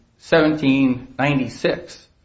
1796